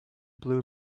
blue